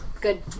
good